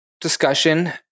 discussion